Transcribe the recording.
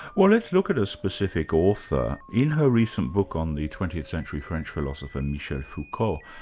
well let's look at a specific author. in her recent book on the twentieth century french philosopher, michel foucault,